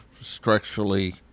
structurally